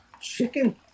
chicken